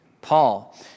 paul